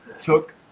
took